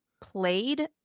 played